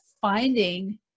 finding